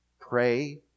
Pray